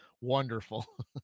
wonderful